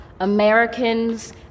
Americans